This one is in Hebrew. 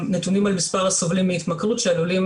הם נתונים על מספר הסובלים מהתמכרות שעלולים